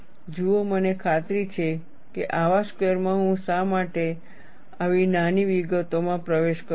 જુઓ મને ખાતરી છે કે આવા સ્ક્વેરમાં હું શા માટે આવી નાની વિગતોમાં પ્રવેશ કરું છું